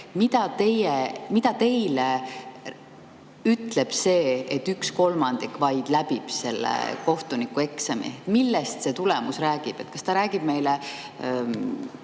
mida teile ütleb see, et üks kolmandik vaid läbib selle kohtunikueksami. Millest see tulemus räägib? Kas ta räägib meile